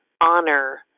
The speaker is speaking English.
honor